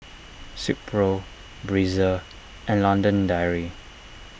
Silkpro Breezer and London Dairy